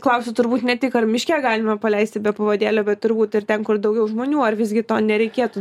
klausiu turbūt ne tik ar miške galima paleisti be pavadėlio bet turbūt ir ten kur daugiau žmonių ar visgi to nereikėtų